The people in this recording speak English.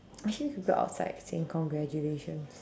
I hear people outside saying congratulations